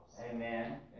Amen